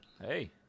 Hey